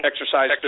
exercise